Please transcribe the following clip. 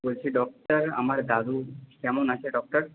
বলছি ডক্টর আমার দাদু কেমন আছে ডক্টর